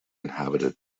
inhabited